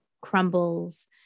crumbles